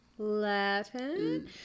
Latin